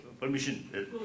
Permission